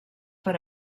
per